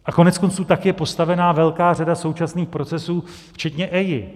A koneckonců tak je postavena velká řada současných procesů včetně EIA.